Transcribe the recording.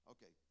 Okay